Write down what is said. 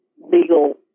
legal